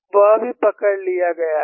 वह भी पकड़ लिया गया है